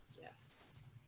Yes